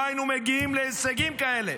לא היינו מגיעים להישגים כאלה.